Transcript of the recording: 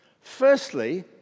Firstly